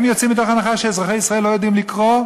הם יוצאים מתוך הנחה שאזרחי ישראל לא יודעים לקרוא.